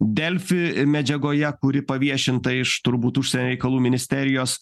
delfi medžiagoje kuri paviešinta iš turbūt užsienio reikalų ministerijos